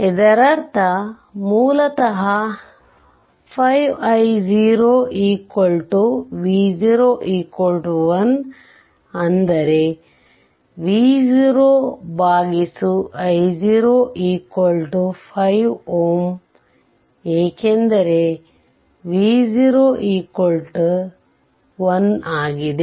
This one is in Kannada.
ಇದರರ್ಥ ಮೂಲತಃ 5 i0 V0 1 ಅಂದರೆ V0 i0 5Ω ಏಕೆಂದರೆ V0 1 ಆಗಿದೆ